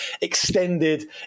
extended